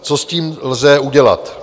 Co s tím lze udělat?